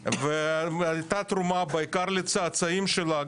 הייתה תרומה בעיקר לצאצאים שלה,